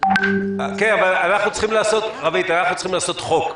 אנחנו צריכים לעשות חוק.